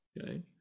okay